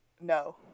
no